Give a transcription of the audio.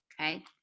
okay